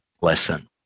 lesson